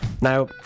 Now